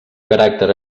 caràcter